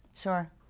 Sure